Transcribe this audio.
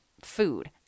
food